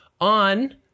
on